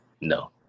No